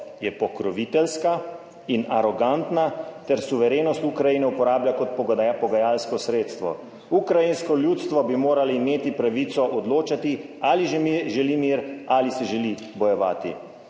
je pokroviteljska in arogantna ter suverenost Ukrajine uporablja kot po pogajalsko sredstvo. Ukrajinsko ljudstvo bi moralo imeti pravico odločati, ali že želi mir ali se želi bojevati.